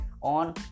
on